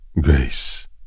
grace